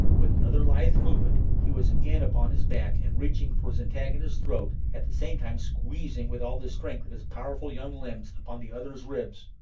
with another lithe movement he was again upon his back and reaching for his antagonist's throat, at the same time squeezing with all the strength of his powerful young limbs upon the other's ribs.